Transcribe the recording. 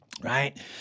Right